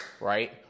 right